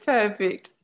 Perfect